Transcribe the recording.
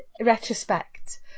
retrospect